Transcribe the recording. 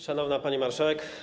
Szanowna Pani Marszałek!